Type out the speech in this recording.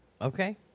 Okay